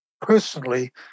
personally